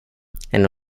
kolla